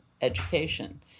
education